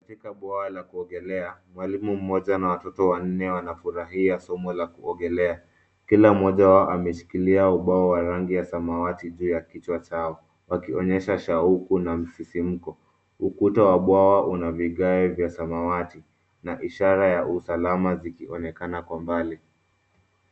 Katika bwawa la kuogelea, mwalimu mmoja na watoto wanne wanafurahia somo la kuogelea. Kila mmoja wao ameshikilia ubao wa rangi ya samawati juu ya kichwa chao wakionyesha shauku na msisimuko. Ukuta wa bwawa una vigae vya samawati na ishara ya usalama zikionekana kwa mbali.